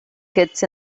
kids